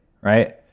right